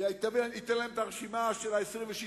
וייתן להם את הרשימה של ה-26.